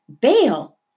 Bail